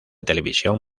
televisión